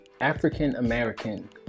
African-American